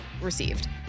received